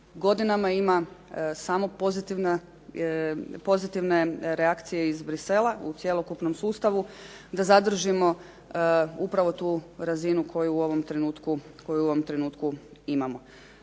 godinama ima samo pozitivne reakcije iz Bruxellesa u cjelokupnom sustavu da zadržimo upravo tu razinu koju u ovom trenutku imamo.